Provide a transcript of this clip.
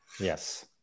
Yes